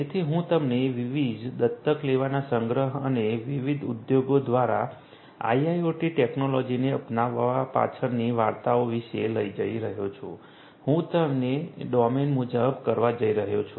તેથી હું તમને વિવિધ દત્તક લેવાના સંગ્રહ અને વિવિધ ઉદ્યોગો દ્વારા IIoT ટેક્નોલોજીને અપનાવવા પાછળની વાર્તાઓ વિશે લઈ જઈ રહ્યો છું હું તેને ડોમેન મુજબ કરવા જઈ રહ્યો છું